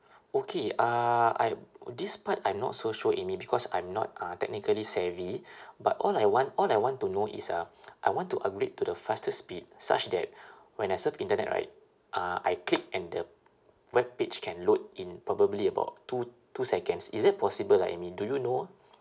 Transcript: okay uh I this part I'm not so sure amy because I'm not uh technically savvy but all I want I want to know is uh I want to upgrade to the fastest speed such that when I surf internet right uh I click and the webpage can load in probably about two two seconds is that possible ah amy do you know